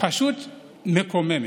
פשוט מקוממת,